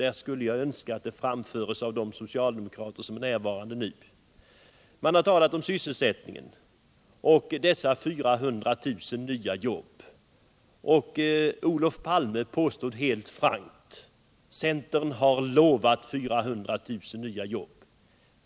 Jag skulle önska att vad jag säger vidarebefordras av de socialdemokrater som nu är närvarande i kammaren. Man har talat om sysselsättningen och de 400 000 nya jobben. Olof Palme påstod helt frankt: Centern har lovat 400 000 nya jobb.